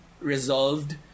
resolved